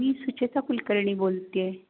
मी सुचेता कुलकर्णी बोलते आहे